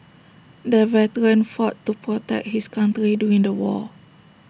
the veteran fought to protect his country during the war